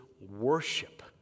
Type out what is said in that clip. worship